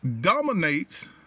dominates